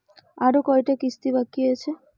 আরো কয়টা কিস্তি বাকি আছে?